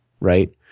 right